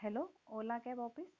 hello ola cab office